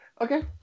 Okay